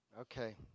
Okay